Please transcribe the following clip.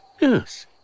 Yes